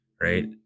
right